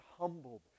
humbled